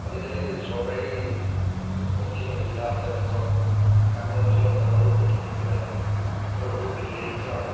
আজিকালি চৰকাৰী বহুতখিনি সুবিধা আছে বাছত গ্ৰাম্য অঞ্চলত যাবলৈও বহুতখিনি সুবিধা আছে সৰু সৰু বেটেৰী ৰিক্সা আছে